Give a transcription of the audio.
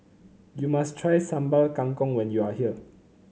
you must try Sambal Kangkong when you are here